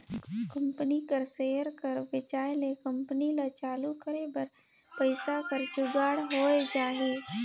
company कर share कर बेंचाए ले कंपनी ल चालू करे बर पइसा कर जुगाड़ होए जाही